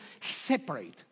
separate